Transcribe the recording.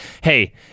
hey